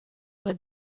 but